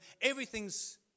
Everything's